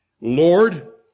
Lord